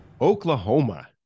Oklahoma